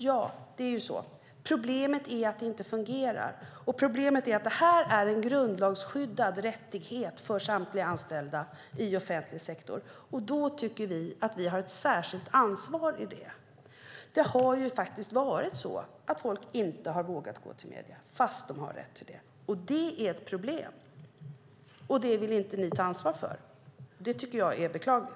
Så är det, men problemet är att det inte fungerar. Detta är en grundlagsskyddad rättighet för samtliga anställda i offentlig sektor, och då tycker vi att vi har ett särskilt ansvar. Det har ju förekommit att folk inte har vågat gå till medierna fast de har rätt till det. Det är ett problem, och det vill ni inte ta ansvar för. Det tycker jag är beklagligt.